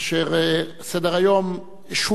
פקודת מס הכנסה (מס' 188) (תרומה למוסד ציבורי),